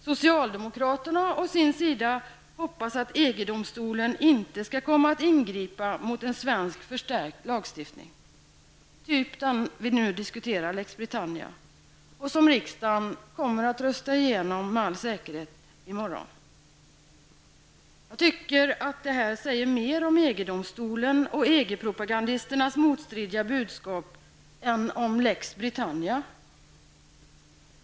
Socialdemokraterna å sin sida hoppas att EG-domstolen inte skall komma att ingripa mot en förstärkt svensk lagstiftning som den vi diskuterar, typ Lex Britannia, som riksdagen med all säkerhet kommer att rösta igenom i morgon. Det säger mer om EG-domstolen och EG-propagandisternas motstridiga budskap än om Lex Britannia.